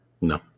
No